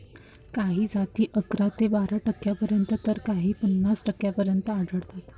काही जाती अकरा ते बारा टक्क्यांपर्यंत तर काही पन्नास टक्क्यांपर्यंत आढळतात